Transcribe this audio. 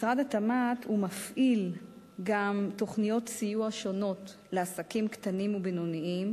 משרד התמ"ת מפעיל גם תוכניות סיוע שונות לעסקים קטנים ובינוניים.